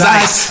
ice